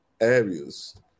areas